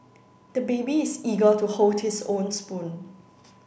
the baby is eager to hold his own spoon